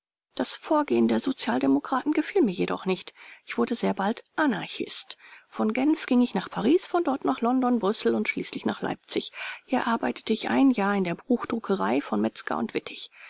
das vorgehen der sozialdemokraten gefiel mir jedoch nicht ich wurde sehr bald anarchist von genf ging ich nach paris von dort nach london brüssel und schließlich nach leipzig hier arbeitete ich ein jahr in der buchdruckerei von metzger und wittig